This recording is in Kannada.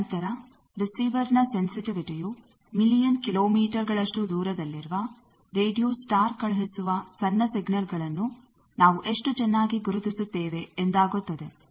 ನಂತರ ರಿಸೀವರ್ನ ಸೆನ್ಸಿಟಿವಿಟಿಯು ಮಿಲಿಯನ್ ಕಿಲೋಮೀಟರ್ ಗಳಷ್ಟು ದೂರದಲ್ಲಿರುವ ರೇಡಿಯೋ ಸ್ಟಾರ್ ಕಳುಹಿಸುವ ಸಣ್ಣ ಸಿಗ್ನಲ್ ಗಳನ್ನು ನಾವು ಎಷ್ಟು ಚೆನ್ನಾಗಿ ಗುರುತಿಸುತ್ತೇವೆ ಎಂದಾಗುತ್ತದೆ